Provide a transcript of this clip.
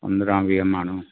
पंद्रहां वीह माण्हू